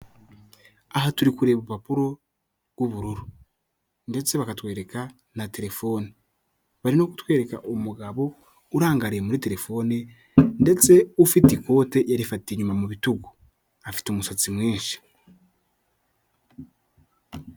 Aha turi kureba urupapuro rw'ubururu ndetse bakatwereka na telefone barimo kutwereka umugabo urangariye muri telefone ndetse afite ikote arifatiye inyuma mu bitugu afite umusatsi mwinshi.